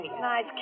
Nice